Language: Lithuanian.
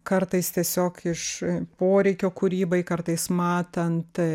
kartais tiesiog iš poreikio kūrybai kartais matant